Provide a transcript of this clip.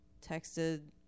texted